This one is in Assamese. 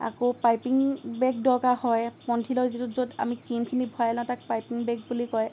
আকৌ পাইপিং বেগ দৰকাৰ হয় পলিথিনৰ য'ত আমি ক্ৰিমখিনি ভৰাই লওঁ তাক পাইপিং বেগ বুলি কয়